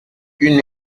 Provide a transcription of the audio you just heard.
une